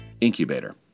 Incubator